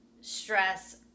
stress